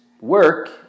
work